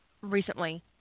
Recently